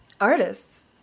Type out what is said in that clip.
Artists